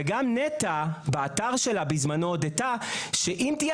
וגם נת"ע באתר שלה בזמנו הודתה שאם תהיה